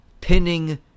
pinning